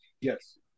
Yes